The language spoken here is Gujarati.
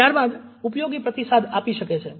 ત્યારબાદ ઉપયોગી પ્રતિસાદ આપી શકે છે